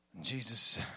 Jesus